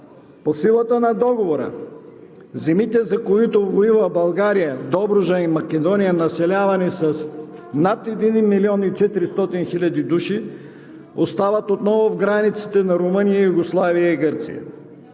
По силата на договора земите, за които воюва България в Добруджа и Македония, населявани с над 1 400 000 души, остават отново в границите на Румъния, Югославия и Гърция.